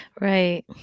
Right